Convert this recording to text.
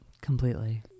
Completely